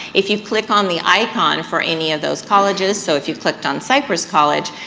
if you click on the icon for any of those colleges, so if you clicked on cypress college